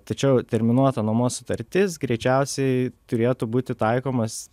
tačiau terminuota nuomos sutartis greičiausiai turėtų būti taikomas